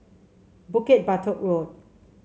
Bukit Batok Road